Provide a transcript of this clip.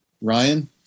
Ryan